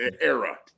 era